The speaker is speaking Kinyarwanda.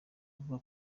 avuga